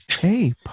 Hey